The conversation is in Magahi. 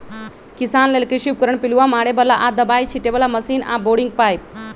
किसान लेल कृषि उपकरण पिलुआ मारे बला आऽ दबाइ छिटे बला मशीन आऽ बोरिंग पाइप